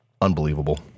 unbelievable